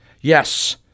Yes